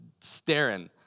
staring